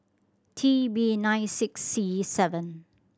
T B nine six C seven